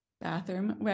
bathroom